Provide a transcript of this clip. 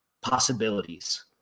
possibilities